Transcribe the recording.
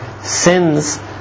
sins